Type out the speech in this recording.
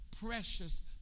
precious